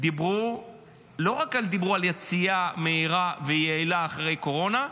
לא דיברו רק על יציאה מהירה ויעילה אחרי הקורונה,